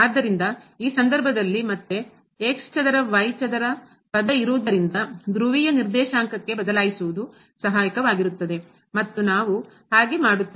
ಆದ್ದರಿಂದ ಈ ಸಂದರ್ಭದಲ್ಲಿ ಮತ್ತೆ ಚದರ ಚದರ ಪದ ಇರುವುದರಿಂದ ಧ್ರುವೀಯ ನಿರ್ದೇಶಾಂಕಕ್ಕೆ ಬದಲಾಯಿಸುವುದು ಸಹಾಯಕವಾಗಿರುತ್ತದೆ ಮತ್ತು ನಾವು ಹಾಗೆ ಮಾಡುತ್ತೇವೆ